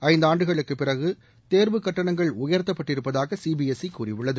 ஐந்தாண்டுகளுக்குப் பிறகு தேர்வு கட்டணங்கள் உயர்த்தப்பட்டிருப்பதாக சி பி எஸ் சி கூறியுள்ளது